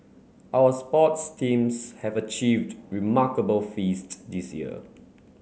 our sports teams have achieved remarkable feast this year